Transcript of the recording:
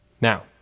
Now